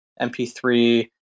MP3